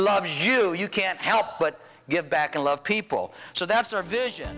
loves you you can't help but give back and love people so that's our vision